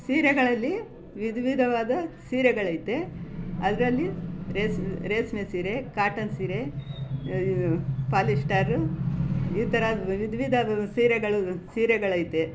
ಸೀರೆಗಳಲ್ಲಿ ವಿಧ ವಿಧವಾದ ಸೀರೆಗಳೈತೆ ಅದರಲ್ಲಿ ರೇಷ್ಮೆ ಸೀರೆ ಕಾಟನ್ ಸೀರೆ ಪಾಲಿಸ್ಟರ್ ಈ ಥರ ವಿಧ ವಿಧ ಸೀರೆಗಳು ಸೀರೆಗಳೈತೆ